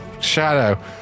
shadow